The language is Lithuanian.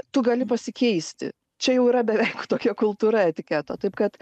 tu gali pasikeisti čia jau yra beveik tokia kultūra etiketo taip kad